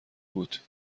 بود